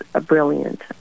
brilliant